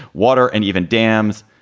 water and even dams,